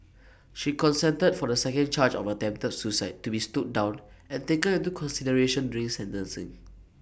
she consented for the second charge of attempted suicide to be stood down and taken into consideration during sentencing